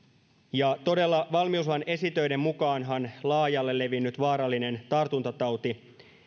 todella valmiuslain esitöiden mukaanhan laajalle levinnyt vaarallinen tartuntatauti